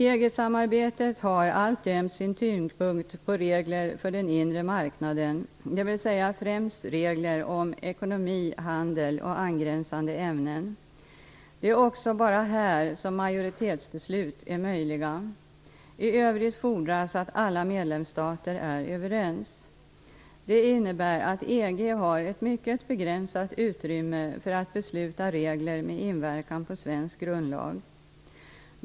EG-samarbetet har alltjämt sin tyngdpunkt på regler för den inre marknaden, dvs. främst regler om ekonomi, handel och angränsande ämnen. Det är också bara här som majoritetsbeslut är möjliga. I övrigt fordras att alla medlemsstater är överens. Det innebär att EG har ett mycket begränsat utrymme för att besluta om regler med inverkan på svensk grundlag.